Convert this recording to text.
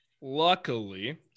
Luckily